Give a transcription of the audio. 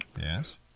yes